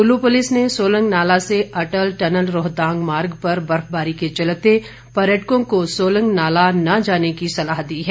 Kullu police ने सोलंग नाला से Atal tunnel Rohtang मार्ग पर बर्फबारी के चलते पर्यटकों को सोलंग नाला न जाने की सलाह दी है